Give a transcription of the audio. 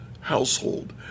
household